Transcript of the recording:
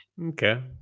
Okay